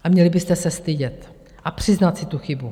A měli byste se stydět a přiznat si tu chybu.